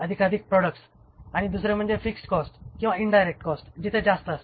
अधिकाधिक प्रॉडक्ट्स आणि दुसरे म्हणजे फिक्स्ड कॉस्ट किंवा इन्डायरेक्ट कॉस्ट जिथे जास्त असते